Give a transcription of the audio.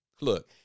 Look